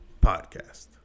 Podcast